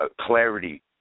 clarity